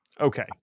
Okay